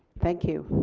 thank you.